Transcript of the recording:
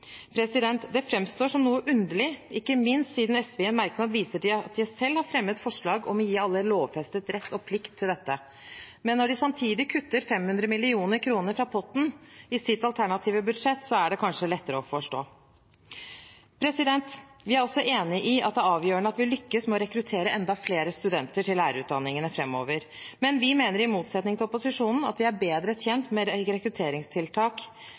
Det framstår som noe underlig, ikke minst siden SV i en merknad viser til at de selv har fremmet forslag om å gi alle lovfestet rett og plikt til dette. Men når de samtidig kutter 500 mill. kr i potten i sitt alternative budsjett, er det kanskje lettere å forstå. Vi er også enig i at det er avgjørende at vi lykkes med å rekruttere enda flere studenter til lærerutdanningene framover, men vi mener i motsetning til opposisjonen at vi er bedre tjent med rekrutteringstiltak